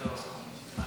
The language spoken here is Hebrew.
חוק הסיוע המשפטי (תיקון מס' 26 והוראת שעה),